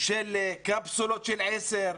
לעשות קפסולות של עשר,